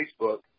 Facebook